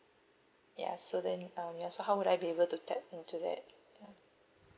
ya so then um ya so how would I be able to tap into that ya